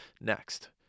next